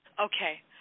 Okay